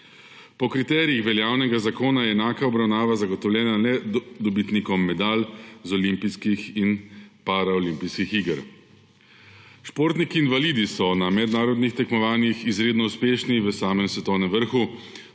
Po kriterijih veljavnega zakona je enaka obravnava zagotovljena le dobitnikom medalj z olimpijskih in paraolimpijskih iger. Športniki invalidi so na mednarodnih tekmovanjih izredno uspešni v samem svetovnem vrhu,